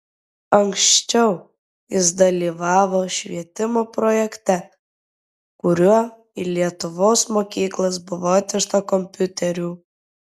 anksčiau jis dalyvavo švietimo projekte kuriuo į lietuvos mokyklas buvo atvežta kompiuterių